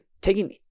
taking